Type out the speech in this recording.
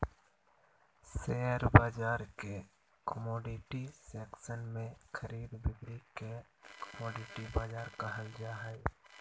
share बाजार के commodity section में खरीद बिक्री के कमोडिटी बाजार कहल जा हइ